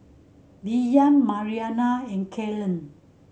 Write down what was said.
Billie Mariana and Kellen